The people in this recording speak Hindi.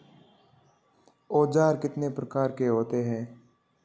औज़ार कितने प्रकार के होते हैं?